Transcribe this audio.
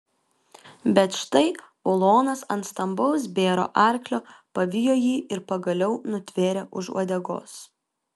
bet štai ulonas ant stambaus bėro arklio pavijo jį ir pagaliau nutvėrė už uodegos